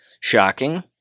Shocking